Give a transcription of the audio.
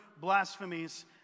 blasphemies